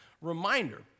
reminder